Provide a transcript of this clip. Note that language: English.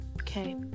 okay